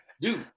dude